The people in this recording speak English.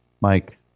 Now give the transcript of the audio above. Mike